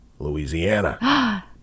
Louisiana